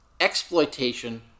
exploitation